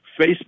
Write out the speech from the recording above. Facebook